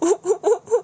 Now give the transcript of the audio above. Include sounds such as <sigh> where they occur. <laughs>